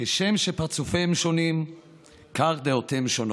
"כשם שפרצופיהם שונים כך דעותיהם שונות".